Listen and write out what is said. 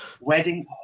wedding